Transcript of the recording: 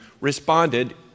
responded